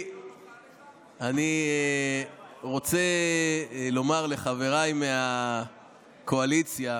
אני רוצה לומר לחבריי מהקואליציה